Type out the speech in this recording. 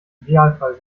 idealfall